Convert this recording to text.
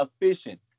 efficient